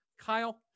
Kyle